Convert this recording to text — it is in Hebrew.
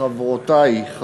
חברותי, מה?